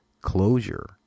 closure